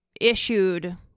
issued